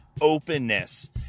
openness